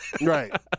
Right